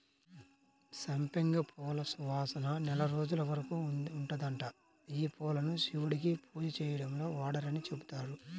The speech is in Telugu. సంపెంగ పూల సువాసన నెల రోజుల వరకు ఉంటదంట, యీ పూలను శివుడికి పూజ చేయడంలో వాడరని చెబుతారు